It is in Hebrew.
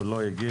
הוא לא הגיע.